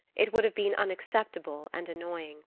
it would have been unacceptable and annoying.